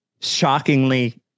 shockingly